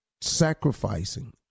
sacrificing